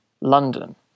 London